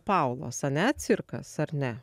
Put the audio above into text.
paulos ane cirkas ar ne